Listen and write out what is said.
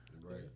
Right